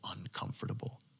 uncomfortable